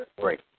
great